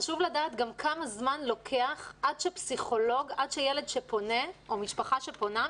חשוב לדעת גם כמה זמן לוקח עד שילד שפונה או משפחה שפונה,